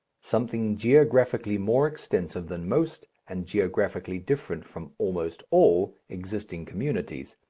something geographically more extensive than most, and geographically different from almost all existing communities,